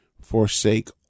forsake